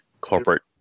corporate